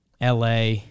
LA